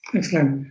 Excellent